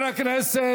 אתה רוצה